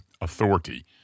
authority